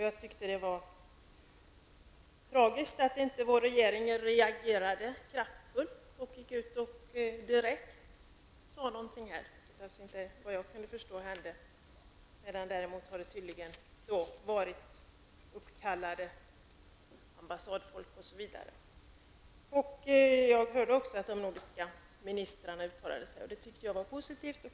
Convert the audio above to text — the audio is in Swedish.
Jag tyckte att det var tragiskt att inte regeringen reagerade kraftfullt och gick ut direkt och sade någonting, vilket, vad jag förstår, inte skedde. Däremot har tydligen personal från ambassaden blivit uppkallad till regeringen osv. Jag hörde också att de nordiska ministrarna uttalade sig i denna fråga, vilket jag tyckte var positivt.